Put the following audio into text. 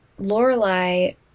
Lorelai